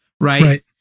right